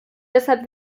deshalb